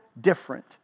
different